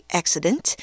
accident